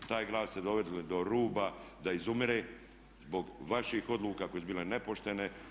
Taj grad ste doveli do ruba da izumire zbog vaših odluka koje su bile nepoštene.